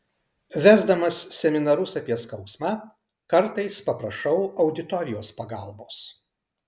vesdamas seminarus apie skausmą kartais paprašau auditorijos pagalbos